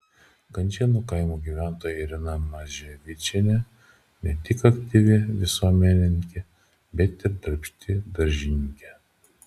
kančėnų kaimo gyventoja irena maževičienė ne tik aktyvi visuomenininkė bet ir darbšti daržininkė